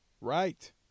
Right